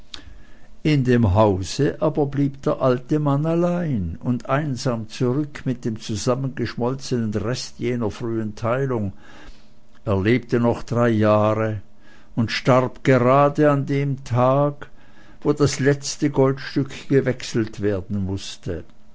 in dem hause aber blieb der alte mann allein und einsam zurück mit dem zusammengeschmolzenen reste jener früheren teilung er lebte noch drei jahre und starb gerade an dem tage wo das letzte goldstück gewechselt werden mußte